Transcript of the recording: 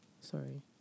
Sorry